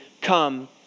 come